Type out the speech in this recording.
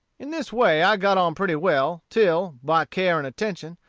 in this way i got on pretty well, till, by care and attention,